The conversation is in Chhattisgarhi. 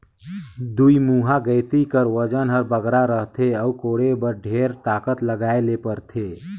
दुईमुहा गइती कर ओजन हर बगरा रहथे अउ कोड़े बर ढेर ताकत लगाए ले परथे